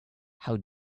how